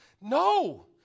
No